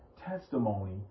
testimony